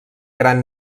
gran